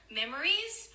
memories